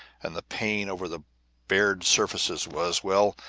and the pain over the bared surfaces was well,